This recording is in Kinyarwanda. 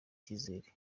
icyizere